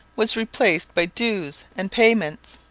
was replaced by dues and payments.